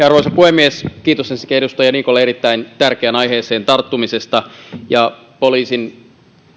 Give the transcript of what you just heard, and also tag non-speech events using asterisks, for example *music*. *unintelligible* arvoisa puhemies kiitos ensinnäkin edustaja niikolle erittäin tärkeään aiheeseen tarttumisesta poliisin